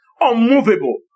unmovable